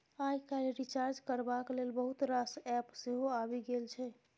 आइ काल्हि रिचार्ज करबाक लेल बहुत रास एप्प सेहो आबि गेल छै